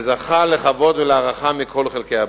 וזכה לכבוד ולהערכה מכל חלקי הבית".